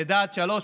לידה עד שלוש,